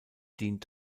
dient